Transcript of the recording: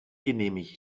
genehmigt